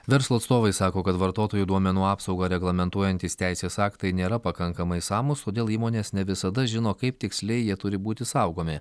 verslo atstovai sako kad vartotojų duomenų apsaugą reglamentuojantys teisės aktai nėra pakankamai išsamūs todėl įmonės ne visada žino kaip tiksliai jie turi būti saugomi